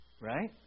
Right